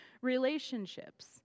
relationships